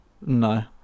No